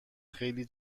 خیلی